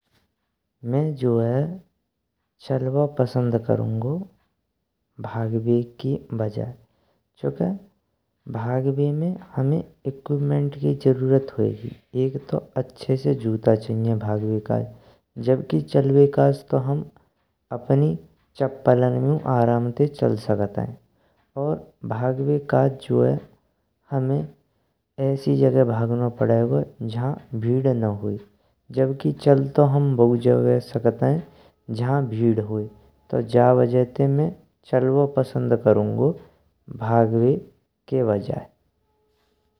मीं जो है चलवो पसंद करूँगो, भगवे की वजह चुनके भगवे में हमैं इलेक्ट्रॉनिक उपकरण की जरूरत होएगी। एक तो अच्छे से जूत्ता चाहीं भगवे काज, जबकि चलवे काज तो हम अपनी चप्पलां मेंयूं आराम तै चल सकतें। और भगवे काज हमे ऐस्सी जगह भागनो पड़ेगो, जहां भीड़ ना होए जबकि चलतो हम बागु जगह सकतें। जहां भीड़ होए जा वजह मैं चलवो पसंद करूँगो, भगवे की वजह।